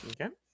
Okay